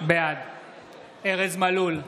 בעד ארז מלול,